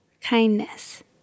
Kindness